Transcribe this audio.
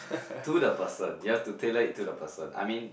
to the person you want to tailor it to the person I mean